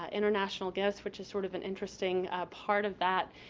ah international gifts which is sort of an interesting part of that,